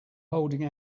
holding